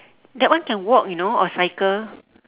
that one can walk you know or cycle